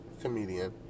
Comedian